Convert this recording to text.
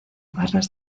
barras